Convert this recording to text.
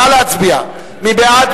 נא להצביע, מי בעד?